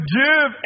give